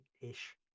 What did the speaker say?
ish